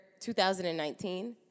2019